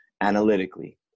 analytically